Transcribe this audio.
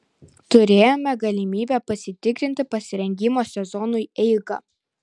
turėjome galimybę pasitikrinti pasirengimo sezonui eigą